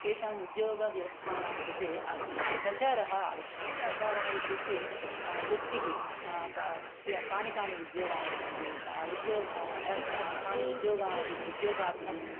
तेषाम् उद्योगव्यवस्थानां कृते प्रचारः आवश्यं प्रचारः इत्युक्ते वृत्तिः का कानि कानि उद्योगानि सन्ति कः उद्योगः तस् तानि उद्योगानि उद्योगार्थम्